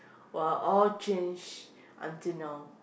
!wah! all change until now